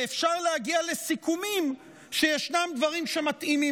ואפשר להגיע לסיכומים שישנם דברים שמתאימים